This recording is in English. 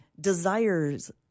desires